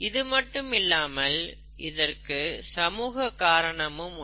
இது மட்டும் இல்லாமல் இதற்கு சமூக காரணமும் உண்டு